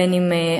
בין אם השוטרים,